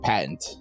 Patent